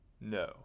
no